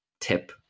tip